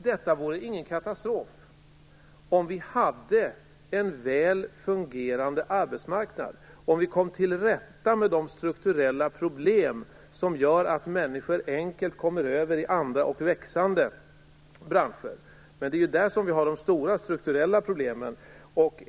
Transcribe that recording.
Detta vore ingen katastrof om vi hade en väl fungerande arbetsmarknad och om vi kom till rätta med de strukturella problem så att människor enkelt skulle kunna komma över i andra och växande branscher. Det är ju där som de stora strukturella problemen finns.